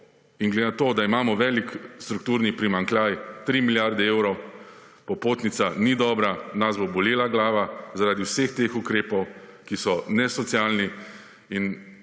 in glede na to, da imamo velik strukturni primanjkljaj 3 milijarde evrov. Popotnica ni dobra, nas bo bolela glava, zaradi vseh teh ukrepov, ki so nesocialni in